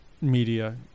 media